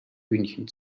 hühnchen